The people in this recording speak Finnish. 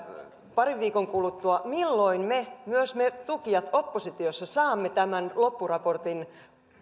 parin viikon kuluttua milloin myös me tukijat oppositiossa saamme tämän loppuraportin